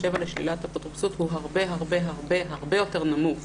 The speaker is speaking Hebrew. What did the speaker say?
לשלילת אפוטרופסות הוא הרבה הרבה הרבה יותר נמוך